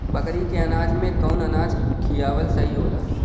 बकरी के अनाज में कवन अनाज खियावल सही होला?